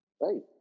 Right